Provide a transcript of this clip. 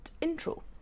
intro